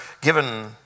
given